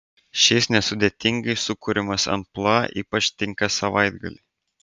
šis nesudėtingai sukuriamas amplua ypač tinka savaitgaliui